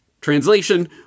Translation